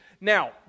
Now